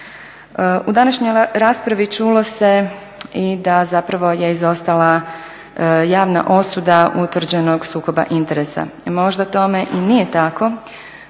U današnjoj raspravi čulo se i da zapravo je izostala javna osuda utvrđenog sukoba interesa. Možda tome i nije tako